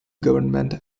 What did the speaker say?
government